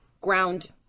ground